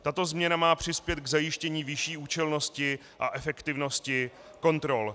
Tato změna má přispět k zajištění vyšší účelnosti a efektivnosti kontrol.